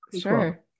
Sure